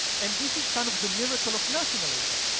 and this is kind of the miracle of nationalism.